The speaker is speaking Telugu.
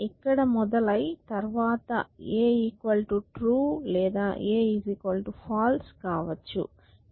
ఇక్కడ మొదలై తర్వాత a true లేదా a false కావచ్చు